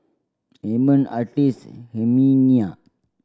Amon Artis Herminia